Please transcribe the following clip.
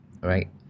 right